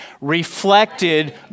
Reflected